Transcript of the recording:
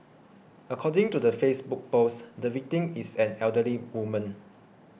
according to the Facebook post the victim is an elderly woman